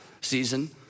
season